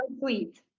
sweet